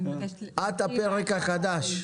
את מקריאה את הפרק החדש.